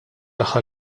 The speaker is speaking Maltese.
aħħar